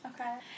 okay